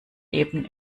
eben